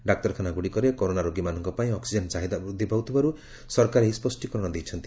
ଡାକ୍ତରଖାନାଗୁଡ଼ିକରେ corona ରୋଗୀମାନଙ୍କ ପାଇଁ oxygen ଚାହିଦା ବୃଦ୍ଧି ପାଉଥିବାରୁ ସରକାର ଏହି ସ୍ୱଷ୍ଟୀକରଣ ଦେଇଛନ୍ତି